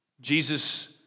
Jesus